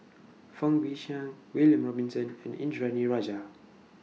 Fang Guixiang William Robinson and Indranee Rajah